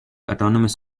autonomous